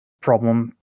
problem